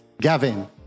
Gavin